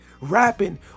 rapping